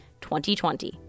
2020